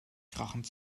krachend